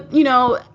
you know,